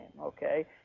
okay